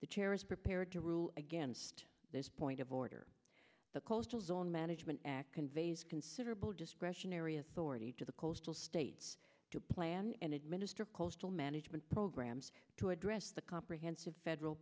the chair is prepared to rule against this point of order the coastal zone management act conveys considerable discretionary authority to the coastal states to plan and administer coastal management programs to address the comprehensive federal